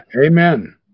Amen